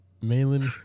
Malin